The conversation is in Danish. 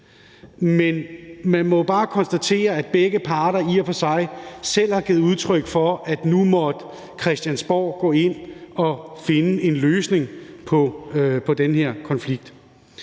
Men man må bare konstatere, at begge parter i og for sig selv har givet udtryk for, at nu måtte Christiansborg gå ind og finde en løsning på den her konflikt.